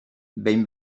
behin